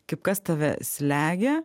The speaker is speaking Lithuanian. kaip kas tave slegia